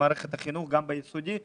במערכת החינוך וגם ביסודי.